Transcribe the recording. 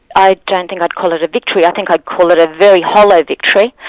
i don't think i'd call it a victory, i think i'd call it a very hollow victory.